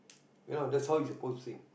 you know that's how you supposed to think